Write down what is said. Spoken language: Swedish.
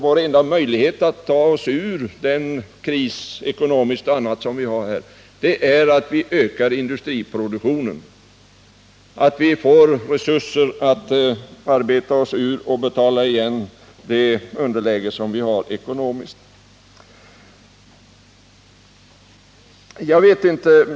Vår enda möjlighet att ta oss ur krisen är, som jag sade förut, att öka industriproduktionen. Vi måste få resurser för att arbeta oss ur vårt ekonomiska underläge och betala igen det ekonomiska underskottet.